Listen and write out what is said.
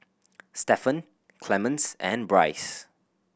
Stephen Clemens and Bryce